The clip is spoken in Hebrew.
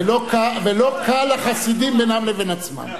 ולא קל לחסידים בינם לבין עצמם.